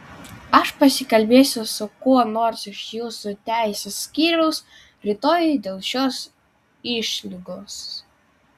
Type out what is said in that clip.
aš pasikalbėsiu su kuo nors iš jūsų teisės skyriaus rytoj dėl šios išlygos